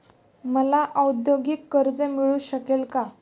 मला औद्योगिक कर्ज मिळू शकेल का?